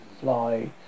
fly